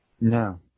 No